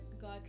God